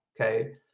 okay